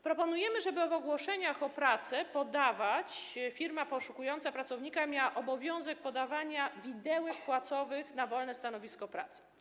Proponujemy, żeby w ogłoszeniach o pracę to podawać, żeby firma poszukująca pracownika miała obowiązek podawania widełek płacowych dla wolnego stanowiska pracy.